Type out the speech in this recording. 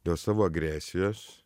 dėl savo agresijos